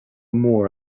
mór